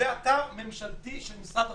זה אתר ממשלתי של משרד החינוך.